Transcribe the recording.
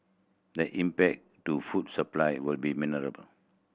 the impact to food supply will be